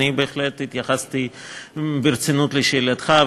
אני בהחלט התייחסתי ברצינות לשאלתך,